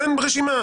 תן רשימה.